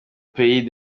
pays